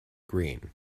green